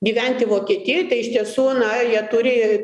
gyventi vokietijoj iš tiesų na jie turi